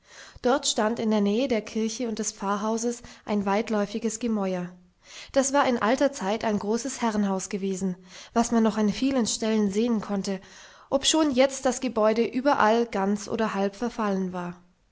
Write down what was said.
dort stand in der nähe der kirche und des pfarrhauses ein weitläufiges gemäuer das war in alter zeit ein großes herrenhaus gewesen was man noch an vielen stellen sehen konnte obschon jetzt das gebäude überall ganz oder halb zerfallen war